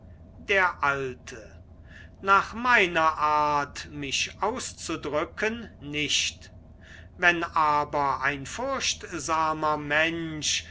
der alte nach meiner art mich auszudrücken nicht wenn aber ein furchtsamer mensch